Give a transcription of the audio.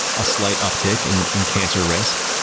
a slight uptick in in cancer risk,